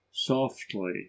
softly